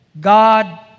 god